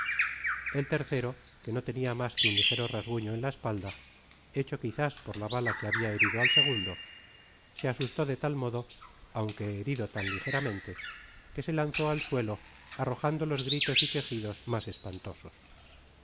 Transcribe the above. el tercero que no tenia masque un ligero rasguño en la espalda he cho quizás por la bala que babia herido al segundo se asustó de tal modo aunque herido tan ligeramente que se lanzó al suelo arrojando los gritos y quejidos mas espantosos